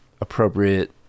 appropriate